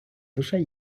душа